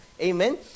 Amen